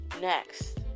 next